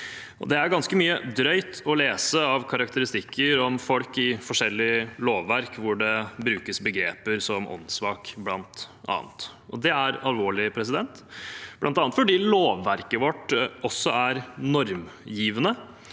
Det er ganske mye drøyt å lese av karakteristikker om folk i forskjellig lovverk, hvor det bl.a. brukes begreper som «åndssvak». Det er alvorlig, bl.a. fordi lovverket vårt også er normgivende.